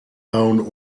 owned